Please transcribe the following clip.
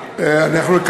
הרי כולם בעד,